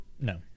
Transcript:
no